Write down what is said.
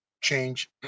change